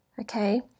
Okay